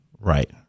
right